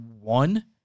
one